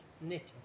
knitting